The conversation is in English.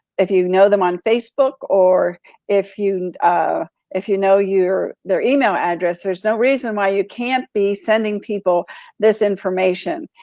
if you know them on facebook or if you ah if you know their email address, so there's no reason why you can't be sending people this information.